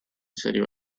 serio